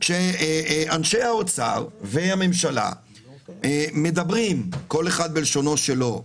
כשאנשי האוצר והממשלה מדברים כל אחד בלשונו שלו,